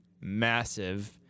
massive